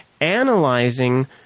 analyzing